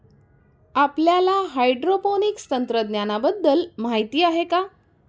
आपल्याला हायड्रोपोनिक्स तंत्रज्ञानाबद्दल माहिती आहे का?